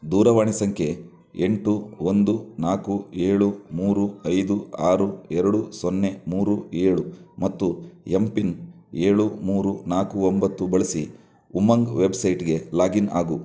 ದೂರವಾಣಿ ಸಂಖ್ಯೆ ಎಂಟು ಒಂದು ನಾಲ್ಕು ಏಳು ಮೂರು ಐದು ಆರು ಎರಡು ಸೊನ್ನೆ ಮೂರು ಏಳು ಮತ್ತು ಎಂ ಪಿನ್ ಏಳು ಮೂರು ನಾಲ್ಕು ಒಂಬತ್ತು ಬಳಸಿ ಉಮಂಗ್ ವೆಬ್ಸೈಟ್ಗೆ ಲಾಗಿನ್ ಆಗು